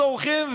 צורחים,